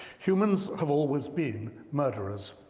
humans have always been murderers.